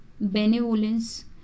benevolence